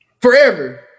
forever